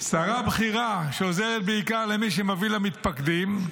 שרה בכירה עוזרת בעיקר למי שמביא לה מתפקדים.